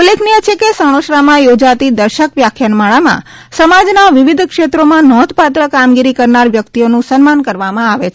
ઉલ્લેખનીય છે કે સણોસરામાં યોજાતી દર્શક વ્યાખ્યાનમાળામાં સમાજના વિવિધ ક્ષેત્રોમાં નોંધપાત્ર કામગીરી કરનાર વ્યક્તિઓનું સન્માન કરવામાં આવે છે